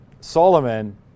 Solomon